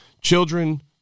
children